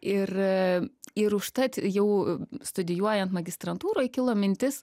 ir ir užtat jau studijuojant magistrantūroj kilo mintis